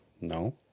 No